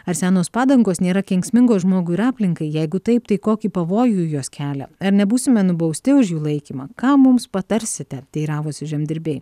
ar senos padangos nėra kenksmingos žmogui ir aplinkai jeigu taip tai kokį pavojų jos kelia ar nebūsime nubausti už jų laikymą ką mums patarsite teiravosi žemdirbiai